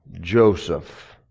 Joseph